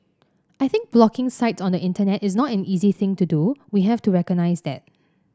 I think blocking sites on the Internet is not an easy thing to do we have to recognise that